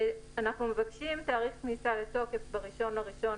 אנחנו מבקשים תאריך כניסה לתוקף ב-1 בינואר